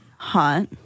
Hot